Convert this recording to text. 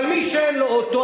אבל מי שאין לו אוטו,